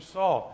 Saul